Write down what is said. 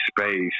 space